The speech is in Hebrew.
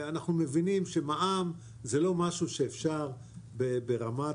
אנחנו מבינים שמע"מ זה לא משהו שאפשר ברמת